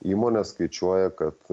įmonės skaičiuoja kad